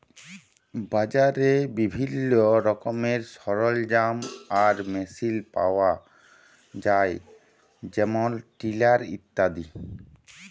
বাজারে বিভিল্ল্য রকমের সরলজাম আর মেসিল পাউয়া যায় যেমল টিলার ইত্যাদি